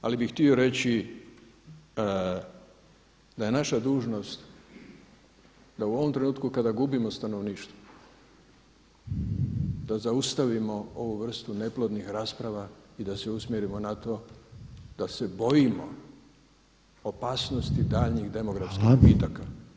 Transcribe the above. Ali bih htio reći da je naša dužnost da u ovom trenutku kada gubimo stanovništvo da zaustavimo ovu vrstu neplodnih rasprava i da se usmjerimo na to da se bojimo opasnosti daljnjih demografskih gubitaka.